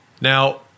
Now